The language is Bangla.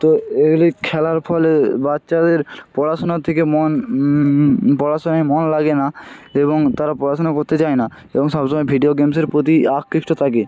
তো এইগুলি খেলার ফলে বাচ্ছাদের পড়াশোনা থেকে মন পড়াশোনায় মন লাগে না এবং তারা পড়াশোনা করতে চায় না এবং সব সময় ভিডিও গেমসের প্রতি আকৃষ্ট থাকে